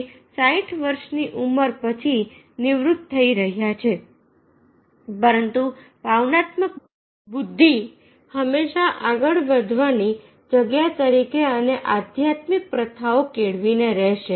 તે 60 વર્ષની ઉંમર પછી નિવૃત્ત થઈ રહ્યો છે પરંતુ ભાવનાત્મક બુદ્ધિ હંમેશા આગળ વધવાની જગ્યા તરીકે અને આધ્યાત્મિક પ્રથાઓ કેળવીને રહેશે